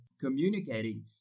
communicating